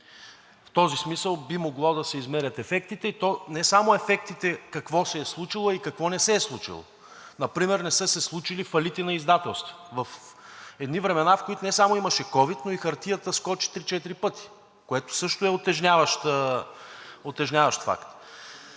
В този смисъл би могло да се измерят ефектите, и то не само ефектите какво се е случило, а и какво не се е случило. Например не са случили фалити на издателства в едни времена, в които не само имаше ковид, но и хартията скочи три-четири пъти, което също е утежняващ факт.